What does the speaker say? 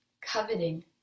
coveting